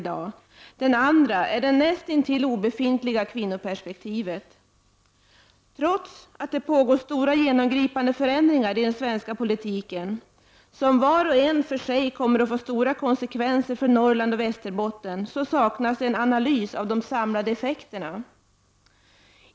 Den andra är det näst intill obefintliga kvinnoperspektivet. Trots att det pågår stora, genomgripande förändringar i den svenska politiken, som var och en för sig kommer att få stora konsekvenser för Norrland och Västerbotten, saknas det en analys av de samlade effekterna.